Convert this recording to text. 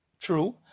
true